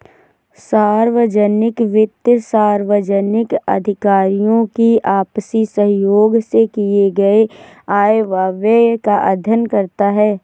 सार्वजनिक वित्त सार्वजनिक अधिकारियों की आपसी सहयोग से किए गये आय व व्यय का अध्ययन करता है